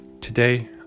Today